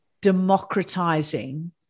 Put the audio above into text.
democratizing